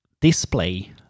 display